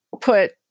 put